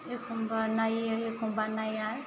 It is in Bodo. एखमबा नायो एखमबा नाया